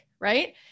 right